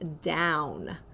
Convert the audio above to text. down